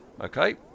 Okay